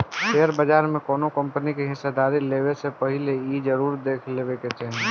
share बाजार में कौनो कंपनी में हिस्सेदारी लेबे से पहिले इ जरुर देख लेबे के चाही